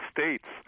states